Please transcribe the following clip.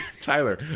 Tyler